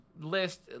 list